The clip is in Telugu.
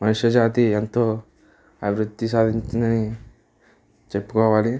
మనిషి జాతి ఎంతో అభివృద్ధి సాధించిందని చెప్పుకోవాలి